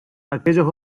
aquellos